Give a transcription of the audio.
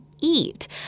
eat